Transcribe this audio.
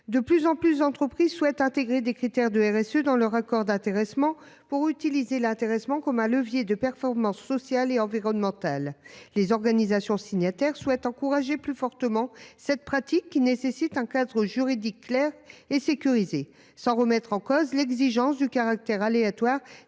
De plus en plus d’entreprises souhaitent intégrer des critères de RSE dans leur accord d’intéressement pour utiliser l’intéressement comme un levier de performance sociale et environnementale. Les organisations signataires souhaitent encourager plus fortement cette pratique qui nécessite un cadre juridique clair et sécurisé, sans remettre en cause l’exigence du caractère aléatoire